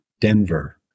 Denver